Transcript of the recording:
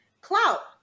clout